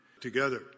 together